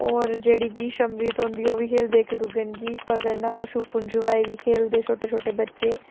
होर जेह्ड़ी विश अमृत होंदी ओह् बी खेलदे न दुग्गन गी पकड़ना होर छुप्पन छपाई बी खेलदे छोटे छोटे बच्चे